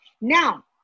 Now